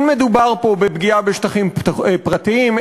לא מדובר פה בפגיעה בשטחים פרטיים,